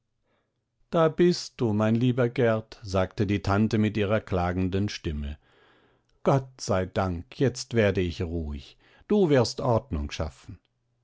da bist du mein lieber gerd sagte die tante mit ihrer klagenden stimme gott sei dank jetzt werde ich ruhig du wirst ordnung schaffen